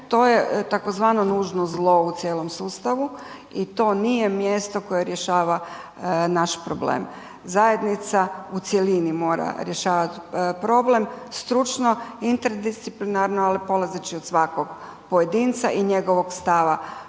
to je tzv. nužno zlo u cijelom sustavu i to nije mjesto koje rješava naš problem, zajednica u cjelini mora rješavat problem stručno, interdisciplinarno, ali polazeći od svakog pojedinca i njegovog stava